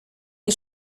die